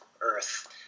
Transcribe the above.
Earth